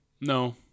No